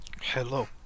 Hello